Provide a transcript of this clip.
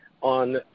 on